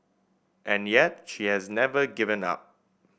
and yet she has never given up